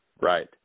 Right